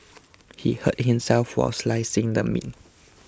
he hurt himself while slicing the meat